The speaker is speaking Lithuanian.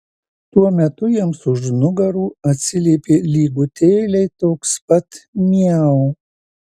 tuo metu jiems už nugarų atsiliepė lygutėliai toks pat miau